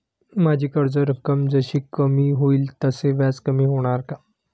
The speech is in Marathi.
माझी कर्ज रक्कम जशी कमी होईल तसे व्याज कमी होणार का?